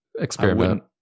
experiment